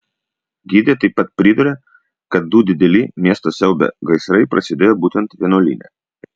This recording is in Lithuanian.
gidė taip pat priduria kad du dideli miestą siaubią gaisrai prasidėjo būtent vienuolyne